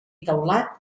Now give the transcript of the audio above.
teulat